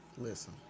Listen